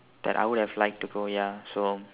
that I would have liked to go ya so